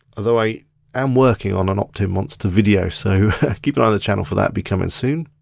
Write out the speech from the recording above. although i am working on an optinmonster video, so keep an eye on the channel for that, be coming soon.